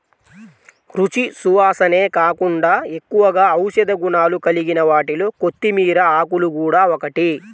రుచి, సువాసనే కాకుండా ఎక్కువగా ఔషధ గుణాలు కలిగిన వాటిలో కొత్తిమీర ఆకులు గూడా ఒకటి